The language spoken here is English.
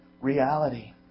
reality